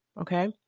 Okay